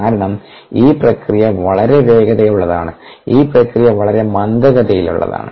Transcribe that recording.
കാരണം ഈ പ്രക്രിയ വളരെ വേഗതയുള്ളതാണ് ഈ പ്രക്രിയ വളരെ മന്ദഗതിയിലാണ്